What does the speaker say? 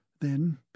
Then